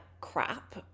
crap